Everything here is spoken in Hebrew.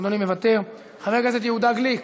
אדוני מוותר, חבר הכנסת יהודה גליק,